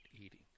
eating